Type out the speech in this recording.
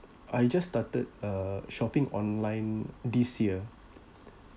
I just started uh shopping online this year